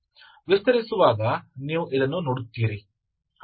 ವಿಸ್ತರಿಸುವಾಗ ನೀವು ಇದನ್ನು ನೋಡುತ್ತೀರಿ